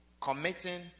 committing